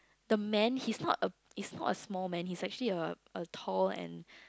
the man he's not is not a small man he's actually a tall and